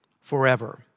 forever